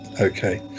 Okay